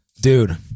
Dude